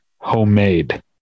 homemade